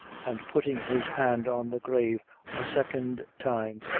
and putting his hand on the grave a second time,